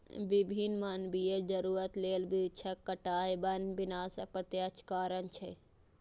विभिन्न मानवीय जरूरत लेल वृक्षक कटाइ वन विनाशक प्रत्यक्ष कारण छियै